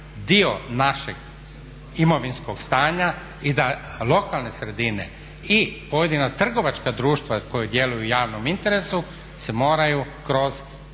dio našeg imovinskog stanja i da lokalne sredine i pojedina trgovačka društva koja djeluju u javnom interesu se moraju kroz bogatstvo